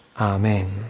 Amen